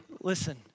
Listen